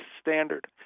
standard